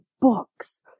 books